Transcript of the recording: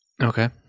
Okay